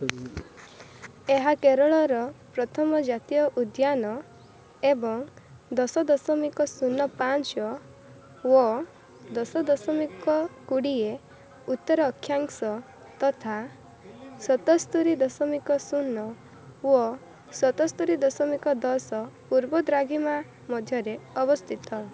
ଏହା କେରଳର ପ୍ରଥମ ଜାତୀୟ ଉଦ୍ୟାନ ଏବଂ ଦଶ ଦଶମିକ ଶୂନ ପାଞ୍ଚ ଓ ଦଶ ଦଶମିକ କୋଡ଼ିଏ ଉତ୍ତର ଅକ୍ଷାଂଶ ତଥା ସତସ୍ତୋରି ଦଶମିକ ଶୂନ ଓ ସତସ୍ତୋରି ଦଶମିକ ଦଶ ପୂର୍ବ ଦ୍ରାଘିମା ମଧ୍ୟରେ ଅବସ୍ଥିତ